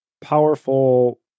powerful